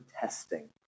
testing